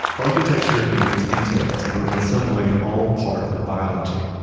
architecture and its details are in some way all part of biology.